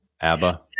ABBA